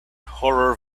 horror